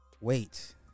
wait